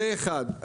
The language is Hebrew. זה אחד,